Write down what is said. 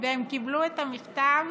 והם קיבלו את המכתב